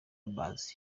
akazi